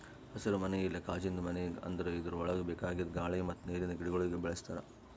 ಹಸಿರುಮನಿ ಇಲ್ಲಾ ಕಾಜಿಂದು ಮನಿ ಅಂದುರ್ ಇದುರ್ ಒಳಗ್ ಬೇಕಾಗಿದ್ ಗಾಳಿ ಮತ್ತ್ ನೀರಿಂದ ಗಿಡಗೊಳಿಗ್ ಬೆಳಿಸ್ತಾರ್